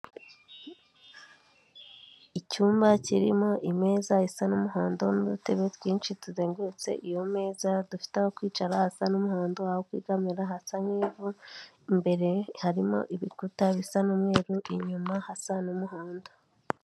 Icyumba kirimo imeza isa n'umuhondo n'udutebe twinshi tuzengurutse iyo meza, dufite aho kwicara hasa n'umuhondo, aho kwegamira hasa nk'ivu, imbere harimo ibikuta bisa n'umweru, inyuma hasa n'umuhondo.